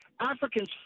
Africans